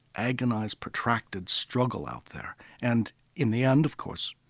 agonized, protracted struggle out there. and in the end, of course,